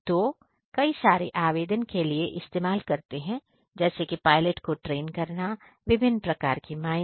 तो यह कई सारे आवेदन के लिए इस्तेमाल करते हैं जैसे पायलट को ट्रेन करना विभिन्न प्रकार की माइनिंग